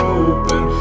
open